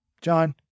John